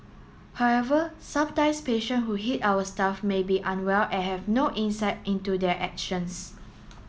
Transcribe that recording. however sometimes patient who hit our staff may be very unwell and have no insight into their actions